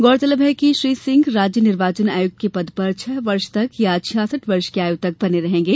गौरतलब है कि श्री सिंह राज्य निर्वाचन आयुक्त के पद पर वे छह वर्ष तक या छियासठ वर्ष की आयु तक बने रहेंगे